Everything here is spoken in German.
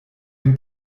dem